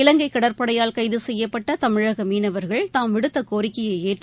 இலங்கை கடற்படையால் கைது செய்யப்பட்ட தமிழக மீனவா்கள் தாம் விடுத்த கோரிக்கையை ஏற்று